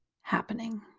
happening